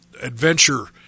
adventure